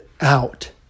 out